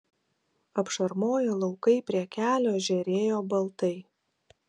apšarmoję laukai prie kelio žėrėjo baltai